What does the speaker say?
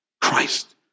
Christ